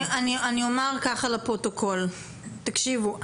אני אומר ככה לפרוטוקול: תקשיבו,